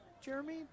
Jeremy